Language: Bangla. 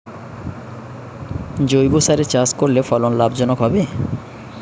জৈবসারে চাষ করলে ফলন লাভজনক হবে?